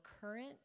current